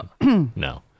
No